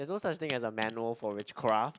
there's no such thing as a manual for witchcraft